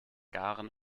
garen